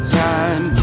time